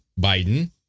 Biden